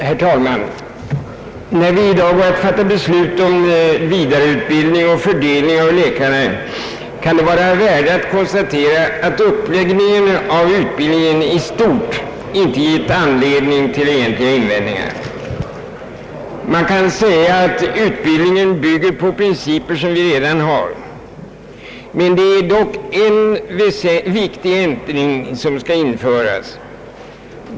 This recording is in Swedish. Herr talman! När vi i dag går att fatta beslut om vidareutbildning och fördelning av läkare kan det vara av värde att konstatera att uppläggningen av utbildningen i stort inte givit anledning till egentliga invändningar. Man kan säga att utbildningen bygger på principer som vi redan har. Det är dock en viktig ändring som skall införas.